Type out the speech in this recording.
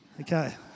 Okay